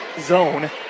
zone